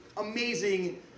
amazing